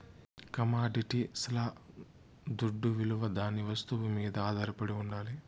కమొడిటీస్ల దుడ్డవిలువ దాని వస్తువు మీద ఆధారపడి ఉండాలి